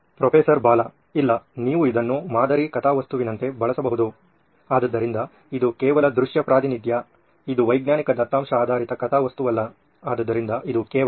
professor Bala ಇಲ್ಲ ನೀವು ಇದನ್ನು ಮಾದರಿ ಕಥಾವಸ್ತುವಿನಂತೆ ಬಳಸಬಹುದು ಆದ್ದರಿಂದ ಇದು ಕೇವಲ ದೃಶ್ಯ ಪ್ರಾತಿನಿಧ್ಯ ಇದು ವೈಜ್ಞಾನಿಕ ದತ್ತಾಂಶ ಆಧಾರಿತ ಕಥಾವಸ್ತುವಲ್ಲ ಆದ್ದರಿಂದ ಇದು ಕೇವಲ